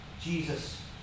Jesus